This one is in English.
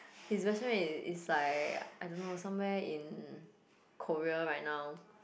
his best friend is is like I don't know somewhere in Korea right now